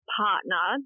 partner